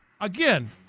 again